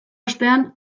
ostean